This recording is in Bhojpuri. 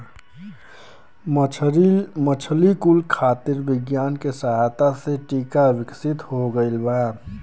मछली कुल खातिर विज्ञान के सहायता से टीका विकसित हो गइल बा